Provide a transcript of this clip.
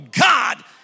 God